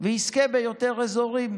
והוא יזכה ביותר אזורים,